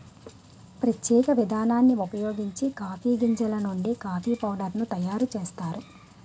ప్రత్యేక విధానాన్ని ఉపయోగించి కాఫీ గింజలు నుండి కాఫీ పౌడర్ ను తయారు చేస్తారు